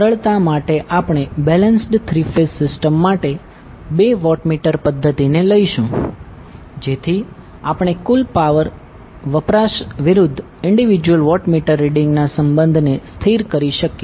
સરળતા માટે આપણે બેલેન્સ્ડ થ્રી ફેઝ સિસ્ટમ માટે બે વોટમીટર પધ્ધતિને લઈશું જેથી આપણે કુલ પાવર વપરાશ વિરુધ્ધ ઈન્ડીવિડ્યુઅલ વોટમીટર રીડીંગના સંબંધને સ્થિર કરી શકીએ